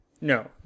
No